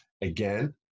Again